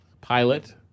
pilot